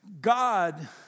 God